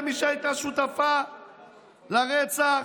במי שהייתה שותפה לרצח